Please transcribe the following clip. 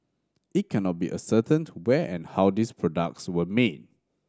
it cannot be ascertained where and how these products were made